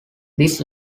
this